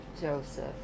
Joseph